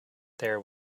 there